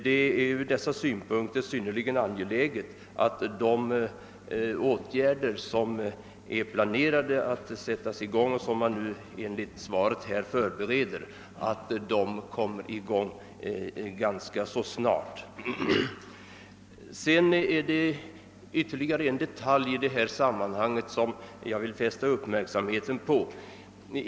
Det är från dessa synpunkter synnerligen an geläget att de åtgärder, som är planerade och som enligt svaret nu håller på att förberedas, sätts i gång snart. Det finns ytterligare en detalj i detta sammanhang som jag vill fästa uppmärksamhet på.